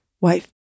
wife